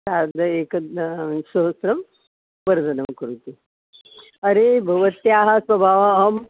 सार्ध एक सहस्रं वर्धनं करोतु अरे भवत्याः स्वभावः अहं